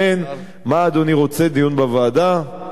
מה אדוני רוצה, דיון בוועדה, במליאה?